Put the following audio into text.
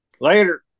Later